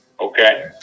Okay